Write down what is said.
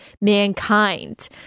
mankind